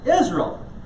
Israel